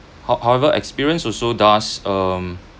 how~ however experience also does um